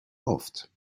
oft